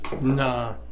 nah